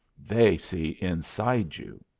they see inside you.